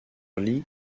lee